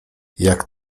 jak